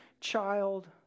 child